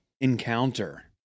encounter